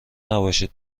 نباشید